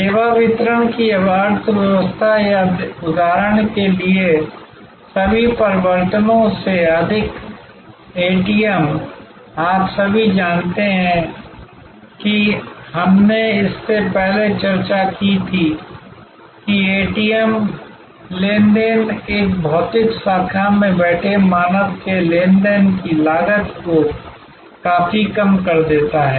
सेवा वितरण की अर्थव्यवस्था या उदाहरण के लिए सभी परिवर्तनों से अधिक एटीएम आप सभी जानते हैं कि हमने इससे पहले चर्चा की थी कि एटीएम लेनदेन एक भौतिक शाखा में बैठे मानव के लेनदेन की लागत को काफी कम कर देता है